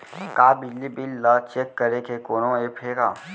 का बिजली बिल ल चेक करे के कोनो ऐप्प हे का?